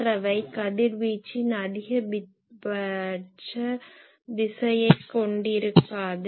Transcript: மற்றவை கதிர்வீச்சின் அதிகபட்ச திசையைக் கொண்டிருக்காது